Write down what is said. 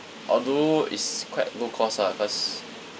although is quite low cost ah cause